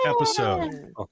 episode